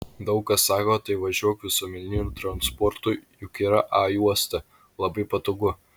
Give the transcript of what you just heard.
daug kas sako tai važiuok visuomeniniu transportu juk yra a juosta labai patogu